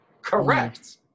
correct